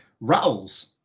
rattles